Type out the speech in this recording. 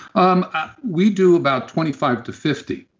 um ah we do about twenty five to fifty.